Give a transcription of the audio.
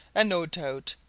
and no doubt,